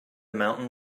mountain